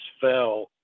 fell